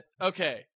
Okay